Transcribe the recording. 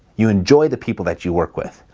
you enjoy the people that you work with.